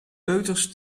peuters